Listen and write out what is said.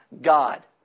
God